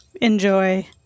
Enjoy